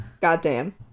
goddamn